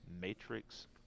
Matrix